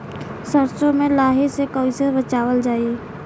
सरसो में लाही से कईसे बचावल जाई?